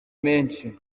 menshi